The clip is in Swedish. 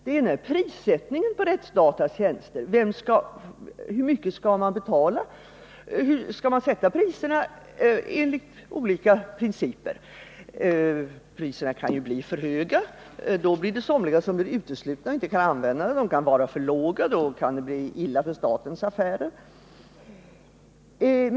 Det ena är prissättningen på RÄTTSDATA:s tjänster — hur mycket skall man betala? Efter vilka principer skall man sätta priserna? De kan bli för höga — då är det somliga som blir uteslutna och inte kan anlita tjänsterna. De kan bli för låga — då kan det gå illa med statens affärer.